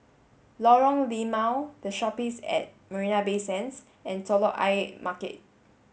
Lorong Limau The Shoppes at Marina Bay Sands and Telok Ayer Market